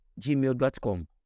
Gmail.com